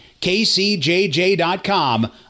KCJJ.com